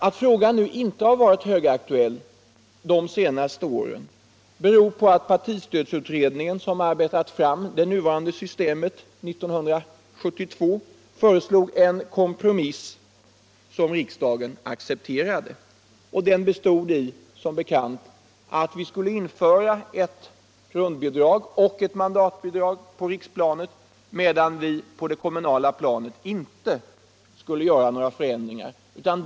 Att frågan inte har varit högaktuell de senaste åren beror på att partistödsutredningen, som arbetat fram det nuvarande systemet, 1972 föreslog en kompromiss som riksdagen accepterade. Den bestod i att vi skulle införa ett grundbidrag och ett mandatbidrag på riksplanet, medan vi på det kommunala planet inte skulle göra någon förändring.